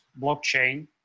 blockchain